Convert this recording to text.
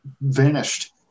vanished